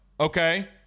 okay